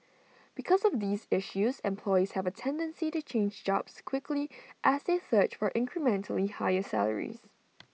because of these issues employees have A tendency to change jobs quickly as they search for incrementally higher salaries